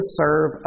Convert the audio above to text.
serve